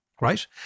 Right